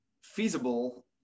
feasible